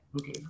Okay